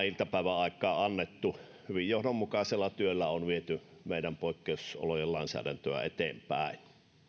iltapäivän aikana annettu hyvin johdonmukaisella työllä on viety meidän poikkeusolojen lainsäädäntöä eteenpäin